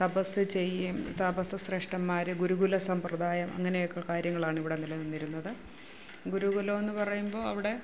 തപസ്സ് ചെയ്യും തപസ്സ് ശ്രേഷ്ഠന്മാർ ഗുരുകുല സമ്പ്രദായം അങ്ങനെയൊക്കെ കാര്യങ്ങളാണ് ഇവിടെ നിലന്നിരുന്നത് ഗുരുകുലം എന്ന് പറയുമ്പോൾ അവിടെ